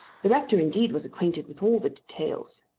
the rector indeed was acquainted with all the details.